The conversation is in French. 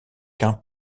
qu’un